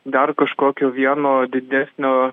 dar kažkokio vieno didesnio